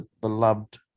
Beloved